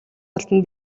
олдоно